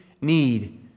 need